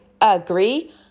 agree